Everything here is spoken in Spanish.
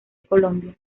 colombia